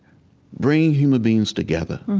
bring human beings together,